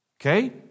Okay